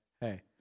Hey